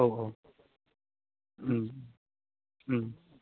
औ औ उम उम